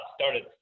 started